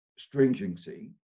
stringency